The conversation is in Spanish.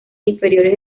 inferiores